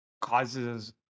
causes